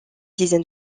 dizaine